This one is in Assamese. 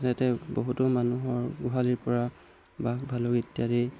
যাতে বহুতো মানুহৰ গোহালিৰ পৰা বাঘ ভালুক ইত্যাদি